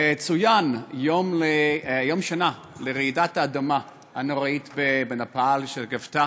צוין יום השנה לרעידת האדמה הנוראית בנפאל, שגבתה